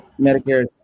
Medicare